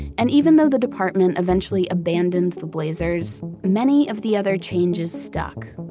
and even though the department eventually abandoned the blazers, many of the other changes stuck.